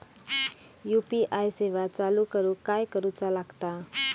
UPI सेवा चालू करूक काय करूचा लागता?